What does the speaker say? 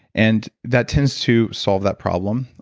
and that tends to solve that problem,